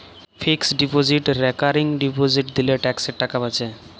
fixed deposit recurring deposit দিলে ট্যাক্সের টাকা বাঁচে